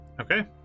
Okay